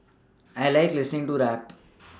I like listening to rap